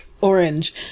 orange